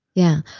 yeah,